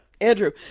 Andrew